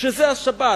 שזה השבת,